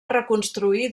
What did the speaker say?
reconstruir